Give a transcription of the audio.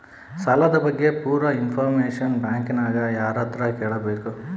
ಸಾಲದ ಬಗ್ಗೆ ಪೂರ ಇಂಫಾರ್ಮೇಷನ ಬ್ಯಾಂಕಿನ್ಯಾಗ ಯಾರತ್ರ ಕೇಳಬೇಕು?